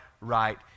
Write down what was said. right